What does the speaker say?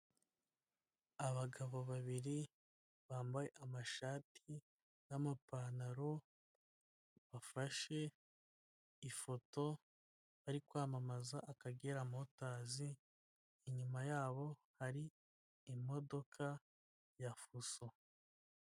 Abagabo babiri bambaye amashati n'amapantaro, bafashe ifoto, bari kwamamaza akagera motazi, inyuma yabo hari imodoka ya fuso.